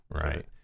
Right